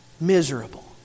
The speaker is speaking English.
miserable